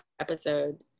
episode